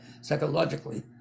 psychologically